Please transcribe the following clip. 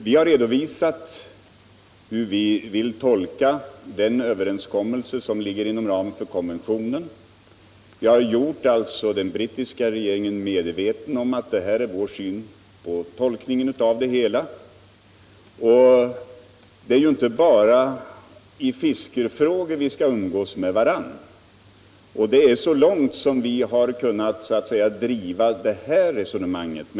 Vi har redovisat hur vi vill tolka den överenskommelse som ligger inom ramen för konventionen och har alltså gjort den brittiska regeringen medveten om vår syn på tolkningen av det hela. Det är ju inte bara i fiskefrågor som vi skall umgås med varandra, och detta är så långt som vi kunnat driva det här resonemanget.